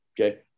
Okay